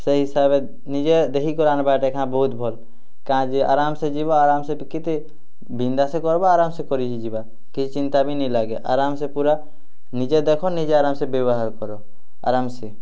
ସେଇ ହିସାବରେ ନିଜେ ଦେଖିକରି ଆଣ୍ବାଟା ବହୁତ୍ ଭଲ୍ କାଁଜେ ଆରମ୍ସେ ଯିବା ଆରମ୍ସେ କେତେ ବିନ୍ଦାସ୍ କର୍ବୋ ଆରମ୍ସେ କରି ହେଆଯିବା କିଛି ଚିନ୍ତା ବି ନେଇଁ ଲାଗ୍ବେ ଆରମ୍ସେ ପୁରା ନିଜେ ଦେଖ ନିଜେ ଆରମ୍ସେ ବ୍ୟବହାର୍ କର ଆରମ୍ସେ